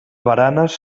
baranes